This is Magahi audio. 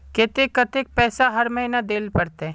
केते कतेक पैसा हर महीना देल पड़ते?